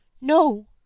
no